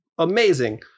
Amazing